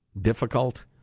difficult